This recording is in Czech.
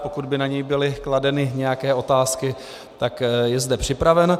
Pokud by na něj byly kladeny nějaké otázky, tak je zde připraven.